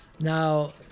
Now